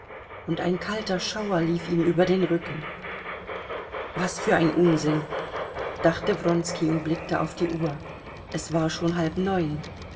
und ein kalter schauder lief ihm über den rücken was für ein unsinn dachte wronski und blickte auf die uhr es war schon halb neun